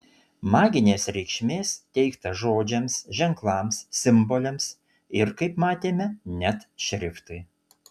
maginės reikšmės teikta žodžiams ženklams simboliams ir kaip matėme net šriftui